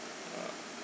uh